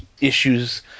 issues